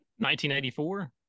1984